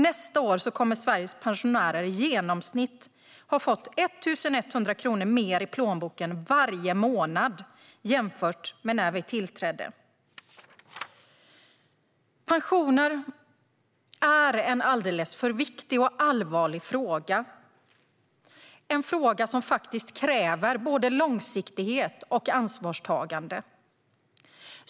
Nästa år kommer Sveriges pensionärer i genomsnitt att ha fått 1 100 kronor mer i plånboken varje månad jämfört med när vi tillträdde. Pensioner är en viktig och allvarlig fråga som kräver både långsiktighet och ansvarstagande.